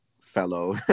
fellow